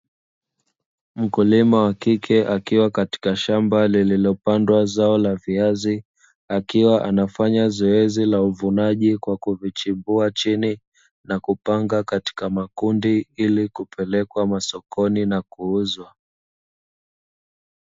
Mkulima wakike akiwa katika shamba lililopandws zao la viazi, akiwa anafanya zoezi la uvunaji kwa kuvichimbua chini na kupanga katika makundi ili kupelekwa masokoni na kuuzwa.